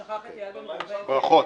ברכות.